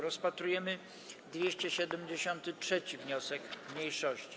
Rozpatrujemy 273. wniosek mniejszości.